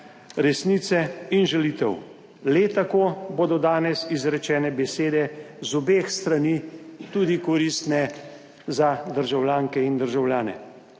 resnice in žalitev. Le tako bodo danes izrečene besede z obeh strani tudi koristne za državljanke in državljane.